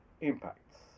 impacts